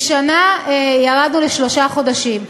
משנה ירדנו לשלושה חודשים.